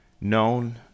known